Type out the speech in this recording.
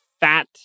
fat